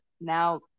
now